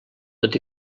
tot